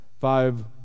five